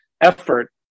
effort